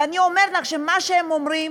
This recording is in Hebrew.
ואני אומרת לך שמה שהם אומרים,